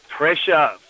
pressure